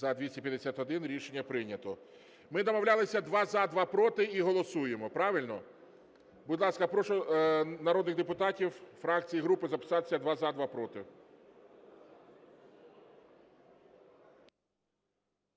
За-251 Рішення прийнято. Ми домовлялися: два – за, два – проти і голосуємо. Правильно? Будь ласка, прошу народних депутатів, фракції і групи записатися: два – за, два – проти.